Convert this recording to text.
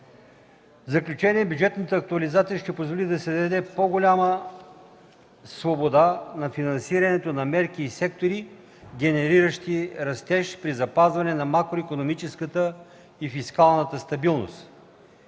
В заключение, бюджетната актуализация ще позволи да се даде по-голяма свобода на финансирането на мерки и сектори, генериращи растеж, при запазване на макроикономическата и фискалната стабилност.